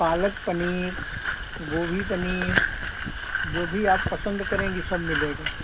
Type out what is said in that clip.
पालक पनीर गोभी पनीर जो भी आप पसंद करेंगी सब मिलेगा